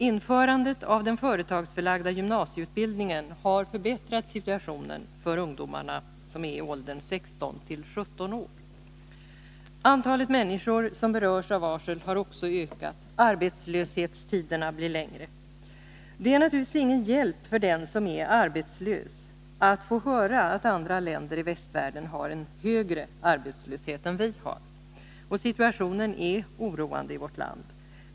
Införandet av den företagsförlagda gymnasieutbildningen har förbättrat situationen för ungdomar i åldern 16-17 år. Antalet människor som berörs av varsel har också ökat. Arbetslöshetstiderna blir längre. Det är naturligtvis ingen hjälp för den som är arbetslös att få höra att andra länder i västvärlden har en högre arbetslöshet än Sverige. Och situationen är oroande i vårt land.